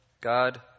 God